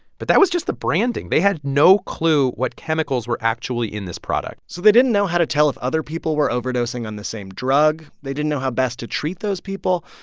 but that was just the branding. they had no clue what chemicals were actually in this product so they didn't know how to tell if other people were overdosing on the same drug. they didn't know how best to treat those people.